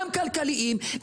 גם כלכליים,